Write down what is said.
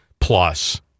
plus